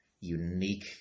unique